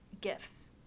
gifts